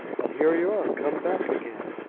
and here you are come back again!